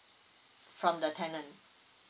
from the tenant